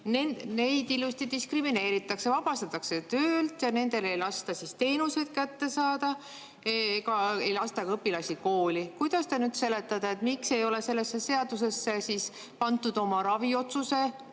ilusti diskrimineeritakse, vabastatakse töölt ja nendel ei lasta teenuseid saada, ei lasta ka õpilasi kooli. Kuidas te nüüd seletate, miks ei ole sellesse seadusesse pandud inimeste